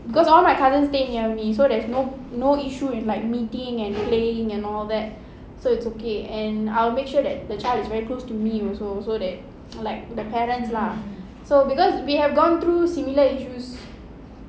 because all my cousins stay near me so there's no no issue in like meeting and playing and all that so it's okay and I'll make sure that the child is very close to me also so that like the parents lah so because we have gone through similar issues